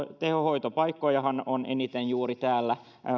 tehohoitopaikkojahan on eniten juuri täällä